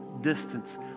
distance